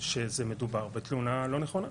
שמדובר בתלונה לא נכונה.